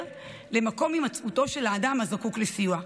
למקום הימצאו של אדם הזקוק לסיוע,